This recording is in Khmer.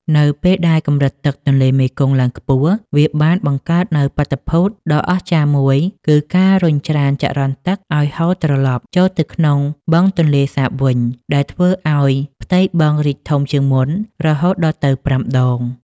នៅពេលដែលកម្រិតទឹកទន្លេមេគង្គឡើងខ្ពស់ វាបានបង្កើតនូវបាតុភូតដ៏អស្ចារ្យមួយគឺការរុញច្រានចរន្តទឹកឱ្យហូរត្រឡប់ ចូលទៅក្នុងបឹងទន្លេសាបវិញ ដែលធ្វើឱ្យផ្ទៃបឹងរីកធំជាងមុនរហូតដល់ទៅ ៥ ដង។